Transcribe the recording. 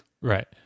Right